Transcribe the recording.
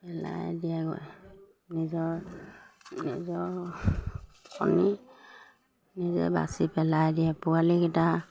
পেলাই দিয়েগৈ নিজৰ নিজৰ কণী নিজে বাচি পেলাই দিয়ে পোৱালিকেইটা